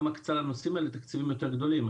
מקצה לנושאים האלה תקציבים יותר גדולים.